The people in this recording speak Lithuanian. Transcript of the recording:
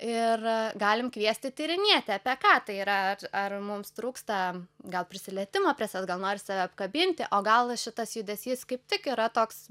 ir galim kviesti tyrinėti apie ką tai yra ar mums trūksta gal prisilietimo prie savęs gal nori save apkabinti o gal šitas judesys kaip tik yra toks